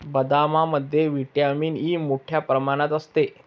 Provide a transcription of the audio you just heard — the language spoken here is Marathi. बदामामध्ये व्हिटॅमिन ई मोठ्ठ्या प्रमाणात असते